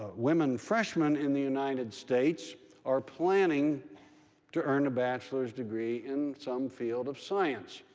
ah women freshmen in the united states are planning to earn a bachelor's degree in some field of science,